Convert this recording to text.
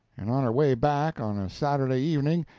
and on her way back, on a saturday evening,